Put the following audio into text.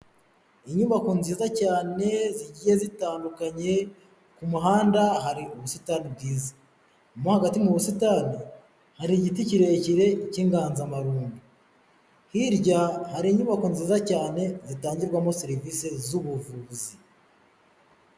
Inyubako nziza cyane zigiye zitandukanye, ku muhanda hari ubusitani bwiza mo hagati mu busitani hari igiti kirekire cy'inganzamarumbo, hirya hari inyubako nziza cyane zitangirwamo serivise z'ubuvuzi.